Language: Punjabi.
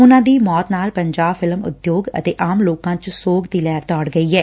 ਉਨੂਾ ਦੀ ਮੌਤ ਨਾਲ ਪੰਜਾਬ ਫਿਲਮ ਉਦਯੋਗ ਅਤੇ ਆਮ ਲੋਕਾ ਚ ਸੋਗ ਦੀ ਲਹਿਰ ਦੋੜ ਗਈ ਐ